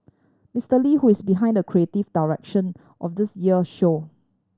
Mister Lee who is behind the creative direction of this year show